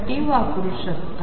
साठी वापरू शकता